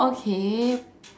okay